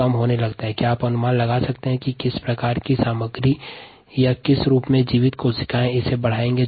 क्या आप इसके कारण का अनुमान लगा सकते हैं कि किस प्रकार की सामग्री या किस रूप में जीवित कोशिका इस तरह का व्यवहार प्रदर्शित करेंगी